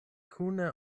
kune